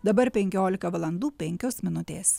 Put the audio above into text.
dabar penkiolika valandų penkios minutės